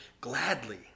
gladly